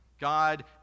God